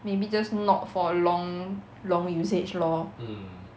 maybe just not for a long long usage lor